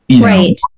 Right